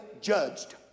Judged